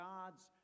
God's